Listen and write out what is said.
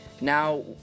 Now